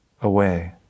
away